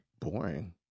boring